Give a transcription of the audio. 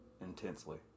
intensely